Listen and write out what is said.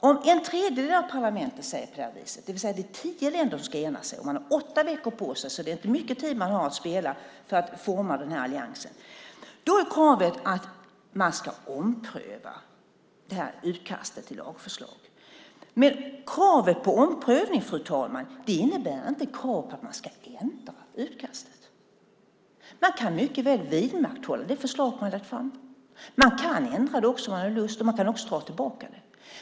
Om en tredjedel av parlamenten säger på det viset, det vill säga att tio länder ska enas och att man har åtta veckor på sig - det är inte mycket tid man har att spela på för att forma den här alliansen - är kravet att man ska ompröva utkastet till lagförslag. Men kravet på omprövning, fru talman, innebär inte krav på att man ska ändra utkastet. Man kan mycket väl vidmakthålla det förslag som har lagts fram. Man kan ändra det också, om man har lust, och man kan också dra tillbaka det.